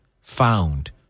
found